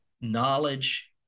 knowledge